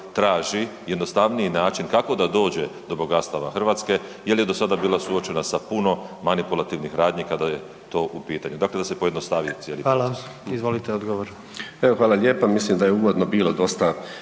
traži jednostavni način kako da dođe do bogatstava Hrvatske jel je do sada bila suočena sa puno manipulativnih radnji kada je to u pitanju, dakle da se pojednostavni cijeli proces. **Jandroković, Gordan (HDZ)** Hvala. Izvolite odgovor.